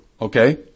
okay